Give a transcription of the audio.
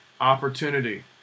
opportunity